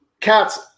Cats